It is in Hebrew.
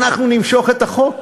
אנחנו נמשוך את החוק,